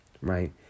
right